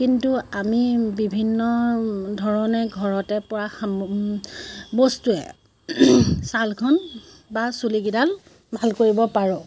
কিন্তু আমি বিভিন্ন ধৰণে ঘৰতে পোৱা বস্তুৰে ছালখন বা চুলিকেইডাল ভাল কৰিব পাৰোঁ